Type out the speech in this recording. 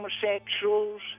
homosexuals